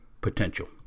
potential